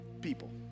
people